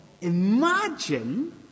imagine